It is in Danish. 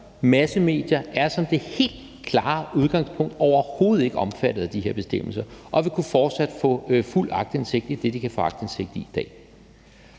massemedier er som det helt klare udgangspunkt overhovedet ikke omfattet af de her bestemmelser og vil fortsat kunne få fuld aktindsigt i det, de kan få aktindsigt i i dag.